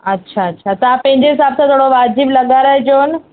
अच्छा अच्छा तव्हां पंहिंजे हिसाबु सां थोरो वाजिबु लॻाराएजो न